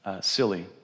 Silly